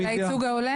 את הייצוג ההולם?